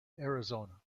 arizona